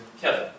Kevin